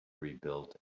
rebuilt